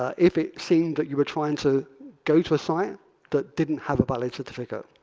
ah if it seemed that you were trying to go to a site that didn't have a valid certificate.